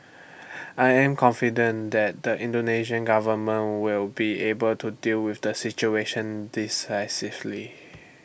I am confident that the Indonesian government will be able to deal with the situation decisively